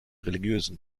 religiösen